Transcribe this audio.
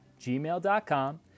gmail.com